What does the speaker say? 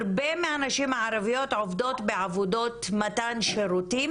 הרבה מהנשים הערביות עובדות בעבודות מתן שירותים,